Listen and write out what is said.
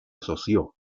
asoció